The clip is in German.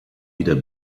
wieder